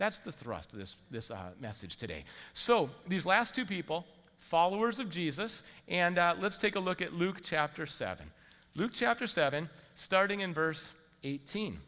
that's the thrust of this message today so these last two people followers of jesus and let's take a look at luke chapter seven luke chapter seven starting in verse eighteen